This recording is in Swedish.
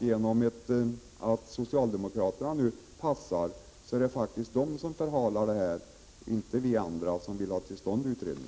Genom att socialdemokraterna nu står över är det faktiskt de som förhalar frågan, och inte vi andra som vill ha utredningen till stånd.